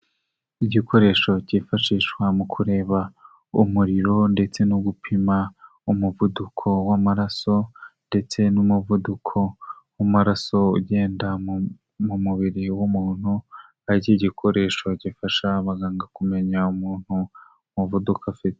Igikoresho cyifashishwa mu kureba umuriro ndetse no gupima umuvuduko w'amaraso ndetse n'umuvuduko w'amaraso ugenda mu mubiri w'umuntu aho iki gikoresho gifasha abaganga kumenya umuntu umuvuduko afite.